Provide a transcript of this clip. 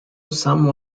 some